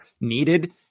needed